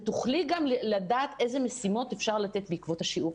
ותוכלי גם לדעת איזה משימות אפשר לתת בעקבות השיעור.